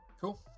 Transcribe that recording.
Cool